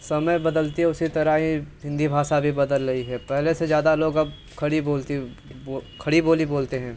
समय बदलता है उसी तरह ही हिंदी भाषा भी बदल रही है पहले से ज़्यादा लोग खड़ी खड़ी बोली बोलते हैं